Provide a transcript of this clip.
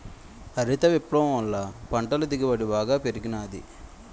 హరిత విప్లవం వల్ల పంటల దిగుబడి బాగా పెరిగినాది